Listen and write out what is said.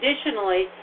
Additionally